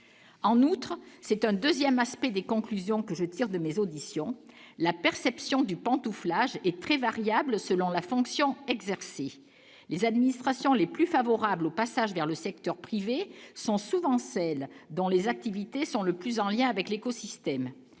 en outre, c'est un 2ème aspect des conclusions que je tire de mes auditions la perception du pantouflage est très variable selon la fonction exercée les administrations les plus favorables au passage vers le secteur privé sont souvent celles dont les activités sont le plus en lien avec l'écosystème,